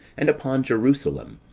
and upon jerusalem,